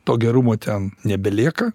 to gerumo ten nebelieka